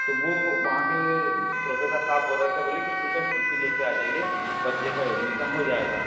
तो वो वहाँ के प्रोफेसर साहब बोल रहे थे बोले की ठीक है टी सी ले के आजाइये बच्चे का ऐडमिशन हो जाएगा